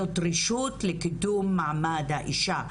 זאת רשות לקידום מעמד האישה,